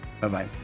Bye-bye